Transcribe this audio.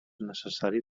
necessari